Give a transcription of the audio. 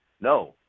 No